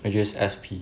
which is S_P